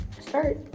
Start